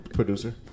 producer